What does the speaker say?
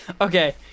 Okay